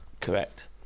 correct